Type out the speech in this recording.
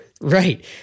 Right